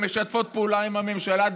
שמשתפות פעולה עם הממשלה,